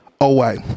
away